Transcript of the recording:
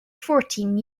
fourteen